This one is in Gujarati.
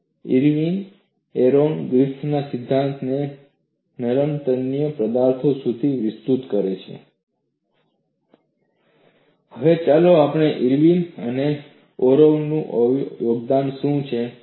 ઇરવિન ઓરોવન ગ્રિફિથના સિદ્ધાંતને નરમતન્ય ઘન પદાર્થો સુધી વિસ્તૃત કરે છે હવે ચાલો જોઈએ કે ઇરવિન અને ઓરોવાનનું યોગદાન શું હતું